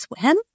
swim